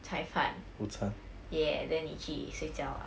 菜饭 yeah then 你去睡觉啊